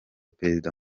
perezida